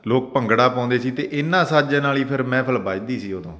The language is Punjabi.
ਲੋਕ ਭੰਗੜਾ ਪਾਉਂਦੇ ਸੀ ਅਤੇ ਇਹਨਾਂ ਸਾਜ਼ਾਂ ਵਾਲੀ ਫਿਰ ਮਹਿਫਲ ਬੱਝਦੀ ਸੀ ਉਦੋਂ